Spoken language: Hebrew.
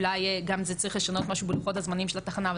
אולי גם צריך לשנות בלוחות הזמנים של התחנה,